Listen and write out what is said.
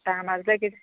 তাৰ মাজতে কি